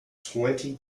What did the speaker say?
twenty